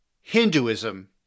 Hinduism